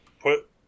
put